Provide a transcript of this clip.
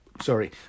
Sorry